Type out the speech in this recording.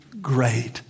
great